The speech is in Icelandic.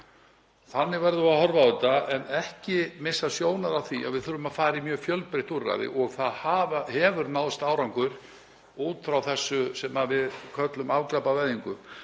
Þannig verðum við að horfa á þetta en ekki missa sjónar á því að við þurfum að fara í mjög fjölbreytt úrræði. Það hefur náðst árangur út frá þessu sem við köllum afglæpavæðingu.